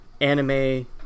anime